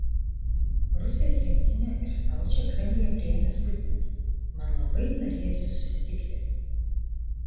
rusijos rinktinę ir staučę kremliuje priėmęs putinas man labai norėjosi susitikti